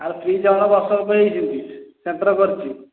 ଆଉ ଫ୍ରି ଚାଉଳ ବର୍ଷକ ପାଇଁ ହେଇଛନ୍ତି ସେଣ୍ଟର୍ କରିଛି